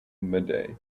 midday